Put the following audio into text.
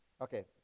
Okay